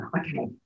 okay